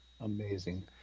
Amazing